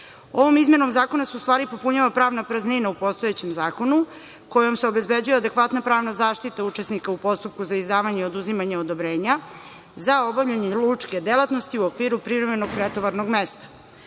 izmenom zakonom se u stvari popunjava pravna praznina u postojećem zakonu, kojom se obezbeđuje adekvatna pravna zaštita učesnika u postupku za izdavanje i oduzimanje odobrenja, za obavljanje lučke delatnosti u okviru privremenog pretovarnog mesta,